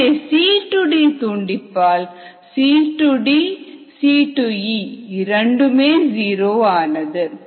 அதுவே C D துண்டிப்பால் C D C E இரண்டுமே ஜீரோ ஆனது